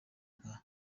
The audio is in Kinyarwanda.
nka